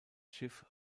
schiff